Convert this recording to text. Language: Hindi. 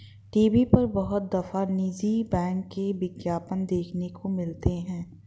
टी.वी पर बहुत दफा निजी बैंक के विज्ञापन देखने को मिलते हैं